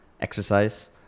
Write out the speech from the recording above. exercise